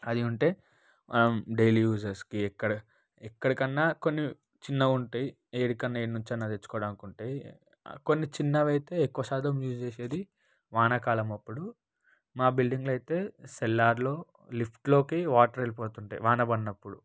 అది ఉంటే మనం డైలీ యూజెస్కి ఎక్కడ ఎక్కడాకన్నా కొన్ని చిన్నవి ఉంటయి ఎడికన్నా ఎక్కడ్నుంచి అయినా తెచ్చుకోవాలంటే కొన్ని చిన్నవైతే ఎక్కువ శాతం యూజ్ చేసేది వానాకాలం అప్పుడు మా బిల్డింగ్లో అయితే సెల్లార్లో లిఫ్టులోకి వాటర్ వెళ్ళిపోతుంటాయి వాన పడినప్పుడు